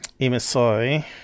MSI